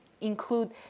include